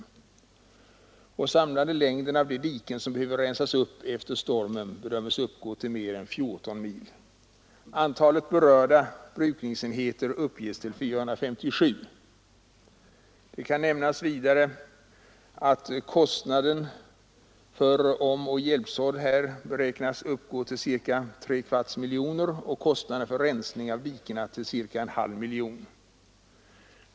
Vidare bedömes den samlade längden av de diken som behöver rensas upp efter stormen uppgå till mer än 14 mil. Antalet berörda brukningsenheter uppges till 457. Det kan vidare nämnas att kostnaderna för omoch hjälpsådden beräknas uppgå till ca tre kvarts miljon kronor och kostnaden för rensning av dikena till ca en halv miljon.